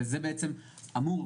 וזה בעצם אמור,